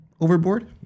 overboard